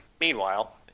Meanwhile